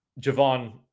Javon